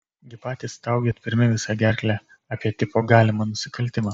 gi patys staugėt pirmi visa gerkle apie tipo galimą nusikaltimą